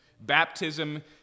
Baptism